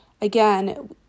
again